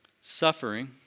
suffering